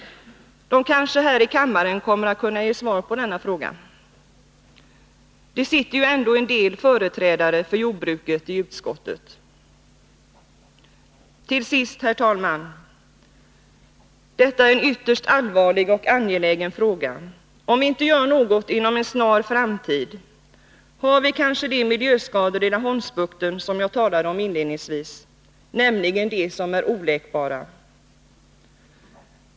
Den kanske kommer att kunna ge svar på denna fråga här i kammaren -— det sitter ju ändå en del företrädare för jordbruket i utskottet. Till sist, herr talman! Detta är en ytterst allvarlig och angelägen fråga. Om vi inte gör någonting inom en snar framtid, har vi kanske de miljöskador i Laholmsbukten som jag talade om inledningsvis, nämligen de som är oläkbara.